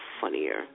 funnier